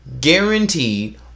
Guaranteed